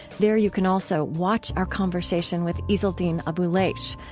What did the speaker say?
there, you can also watch our conversation with izzeldin abuelaish,